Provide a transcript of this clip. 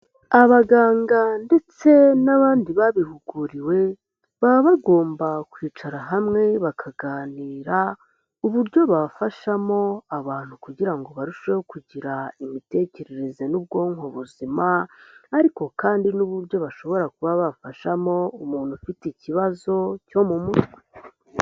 Abaganga ndetse n'abandi babihuguriwe, baba bagomba kwicara hamwe bakaganira uburyo bafashamo abantu kugira ngo barusheho kugira imitekerereze n'ubwonko buzima ariko kandi n'uburyo bashobora kuba bafashamo umuntu ufite ikibazo cyo mu mutwe.